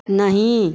नहीं